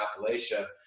Appalachia